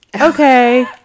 Okay